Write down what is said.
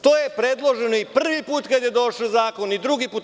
To je predloženo i prvi put kada je došao zakon i drugi put.